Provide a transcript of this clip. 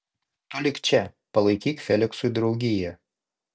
tu lik čia palaikyk feliksui draugiją